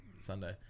sunday